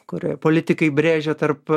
kurią politikai brėžia tarp